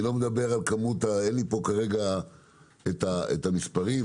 אין לי כרגע המספרים,